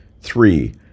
Three